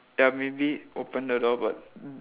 ya maybe open the door but